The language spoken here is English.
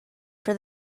for